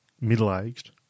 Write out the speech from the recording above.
middle-aged